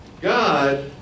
God